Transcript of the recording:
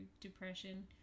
depression